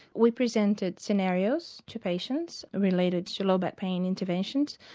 we presented scenarios to patients related to low back pain interventions.